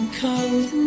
cold